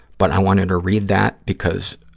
but i wanted to read that because